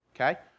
okay